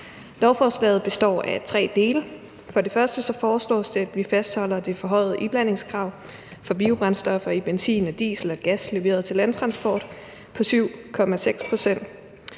Lovforslaget består af tre dele. For det første foreslås det, at vi fastholder det forhøjede iblandingskrav for biobrændstoffer i benzin, diesel og gas leveret til landtransport på 7,6 pct.